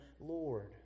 Lord